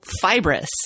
fibrous